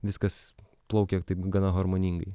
viskas plaukia taip gana harmoningai